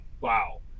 wow